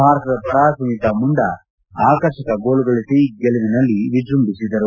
ಭಾರತದ ಪರ ಸುನೀತಾ ಮುಂಡಾ ಆಕರ್ಷಕ ಗೋಲು ಗಳಿಸಿ ಗೆಲುವಿನಲ್ಲಿ ವಿಜ್ಬಂಭಿಸಿದರು